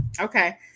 Okay